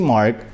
Mark